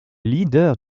leader